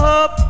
up